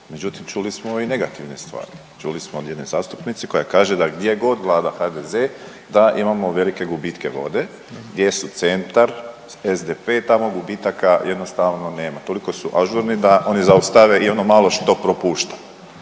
međutim čuli smo i negativne stvari. Čuli smo od jedne zastupnice koja kaže da gdjegod vlada HDZ da imamo velike gubitke vode, gdje su Centar, SDP tamo gubitaka jednostavno nema toliko su ažurni da zaustave i ono malo što propušta.